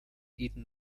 eaton